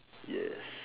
yes